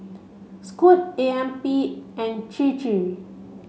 Scoot A M P and Chir Chir